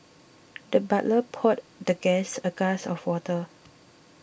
the butler poured the guest a glass of water